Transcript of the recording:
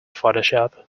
photoshop